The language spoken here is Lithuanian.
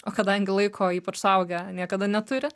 o kadangi laiko ypač suaugę niekada neturi